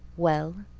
well,